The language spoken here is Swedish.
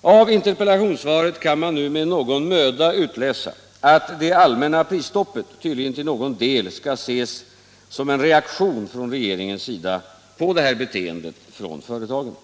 Av interpellationssvaret kan man nu med någon möda utläsa att det allmänna prisstoppet tydligen till någon del skall ses som en reaktion från regeringens sida på det här beteendet från företagen.